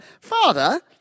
Father